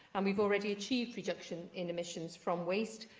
and we've already achieved reduction in emissions from waste,